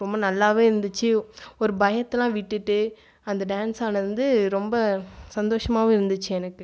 ரொம்ப நல்லா இருந்துச்சு ஒரு பயத்தைலாம் விட்டுட்டு அந்த டான்ஸ் ஆடினது வந்து ரொம்ப சந்தோஷமாகவும் இருந்துச்சு எனக்கு